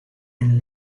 and